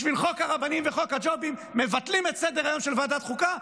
בשביל חוק הרבנים וחוק הג'ובים מבטלים את סדר-היום של ועדת חוקה,